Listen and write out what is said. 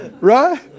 Right